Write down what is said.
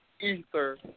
ether